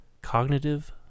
cognitive